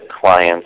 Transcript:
clients